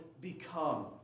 become